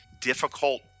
difficult